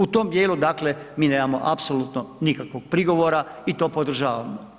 U tom dijelu dakle mi nemamo apsolutno nikakvog prigovora i to podržavamo.